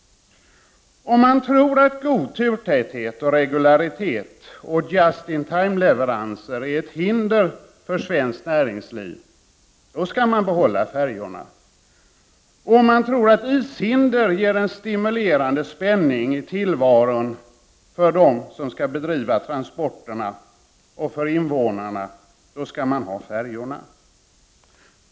Om man tror att god turtäthet, regularitet och just-in-time-leveranser är ett hinder för svenskt näringsliv, skall man behålla färjorna. Om man tror att ishinder ger en stimulerande spänning i tillvaron för dem som skall bedriva transporterna och för invånarna, skall man likaledes ha kvar färjorna.